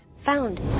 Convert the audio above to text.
Found